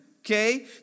okay